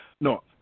No